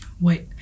Wait